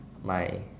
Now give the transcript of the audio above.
my